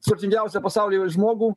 turtingiausią pasaulyje žmogų